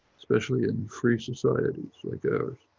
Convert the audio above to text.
especially and free societies like ours.